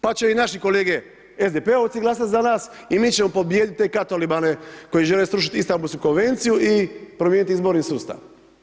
Pa će i naši kolege SDP-ovci glasati za nas i mi ćemo pobijediti te katolibane koji žele srušiti Istanbulsku konvenciju i promijeniti izborni sustav.